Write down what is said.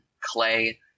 clay